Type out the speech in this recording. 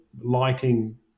lighting